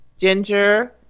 ginger